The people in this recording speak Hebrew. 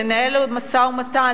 ננהל משא-ומתן,